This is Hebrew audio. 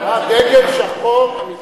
דגל שחור המתנשא,